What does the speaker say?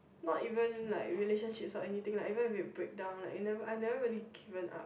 not even like relationships or anything lah even we break down it never I never given up